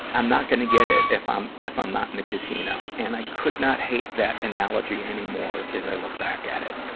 i'm not gonna get it if i'm, if i'm not in the casino. and i could not hate that analogy anymore as i look back at it,